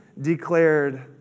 declared